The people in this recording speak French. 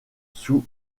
sous